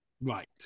Right